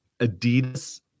Adidas